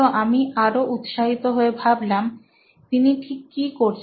তো আমি আরও উৎসাহিত হয়ে ভাবলাম তিনি ঠিক কি করছেন